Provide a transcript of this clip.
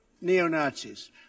neo-Nazis